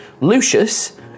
Lucius